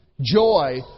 joy